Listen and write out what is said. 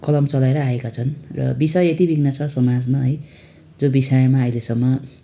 कलम चलाएर आएका छन् र विषय यति बिघ्न छ समाजमा है जो विषयमा अहिलेसम्म